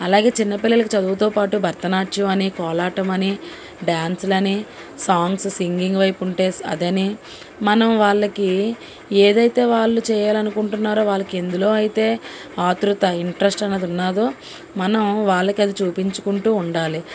అలాగే చిన్నపిల్లలకి చదువుతోపాటు భరతనాట్యమని కోలాటం అని డ్యాన్సులని సాంగ్స్ సింగింగ్ వైపు ఉంటే అదని మనం వాళ్ళకి ఏదైతే వాళ్ళు చెయ్యాలనుకుంటున్నారో వాళ్ళకి ఎందులో అయితే ఆత్రుత ఇంట్రెస్ట్ అన్నది ఉన్నాదో మనం వాళ్ళకు అది చూపించుకుంటూ ఉండాలి